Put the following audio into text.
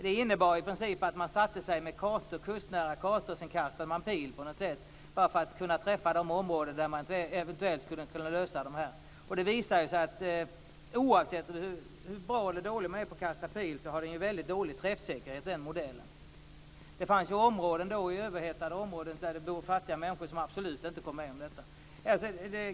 Det innebar i princip att man satte sig med kustkartor och kastade pil för att kunna träffa de områden där man eventuellt skulle kunna lösa problemet. Det visade sig att oavsett hur bra eller dålig man var på att kasta pil hade den modellen en väldigt dålig träffsäkerhet. Det fanns områden i överhettade områden där det bor fattiga människor som absolut inte kom med.